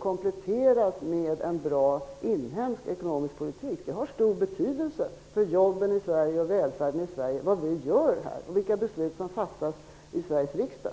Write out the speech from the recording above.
kompletteras med en bra inhemsk ekonomisk politik. Det har självfallet stor betydelse för jobben och välfärden i Sverige vad vi gör här och vilka beslut som fattas i Sveriges riksdag.